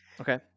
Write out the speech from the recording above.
Okay